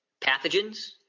pathogens